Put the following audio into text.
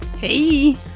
Hey